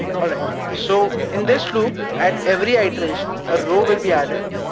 alright, so in this loop at every ah iteration, a row will be added,